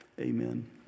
Amen